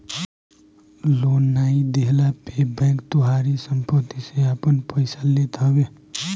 loan नाइ देहला पे बैंक तोहारी सम्पत्ति से आपन पईसा लेत हवे